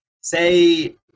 say